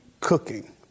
cooking